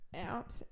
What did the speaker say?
out